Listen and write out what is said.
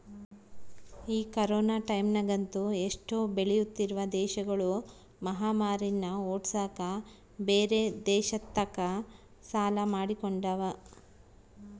ಈ ಕೊರೊನ ಟೈಮ್ಯಗಂತೂ ಎಷ್ಟೊ ಬೆಳಿತ್ತಿರುವ ದೇಶಗುಳು ಮಹಾಮಾರಿನ್ನ ಓಡ್ಸಕ ಬ್ಯೆರೆ ದೇಶತಕ ಸಾಲ ಮಾಡಿಕೊಂಡವ